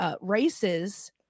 Races